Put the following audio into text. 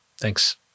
Thanks